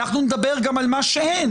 אנחנו נדבר גם על מה שאין.